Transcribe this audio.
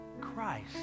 Christ